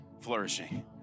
flourishing